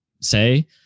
say